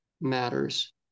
matters